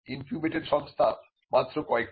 incubated সংস্থা মাত্র কয়েকটি